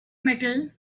metal